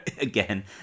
again